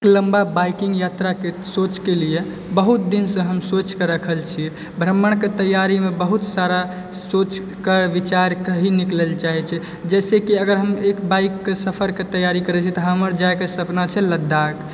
लम्बा बाइकिंग यात्राके सोचके लिए बहुत दिनसँ हम सोचिके रखल छियै भ्रमणके तैयारीमे बहुत सारा सोचके विचारके ही निकलै लए चाहै छियै जैसेकि अगर हम एक बाइकके सफरके तैयारी करै छियै तऽ हमर जाइके सपना छै लद्दाख